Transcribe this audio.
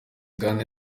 kandi